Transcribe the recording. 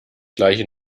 gleiche